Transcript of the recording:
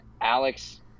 Alex